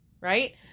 right